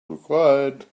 required